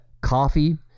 coffee